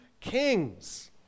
kings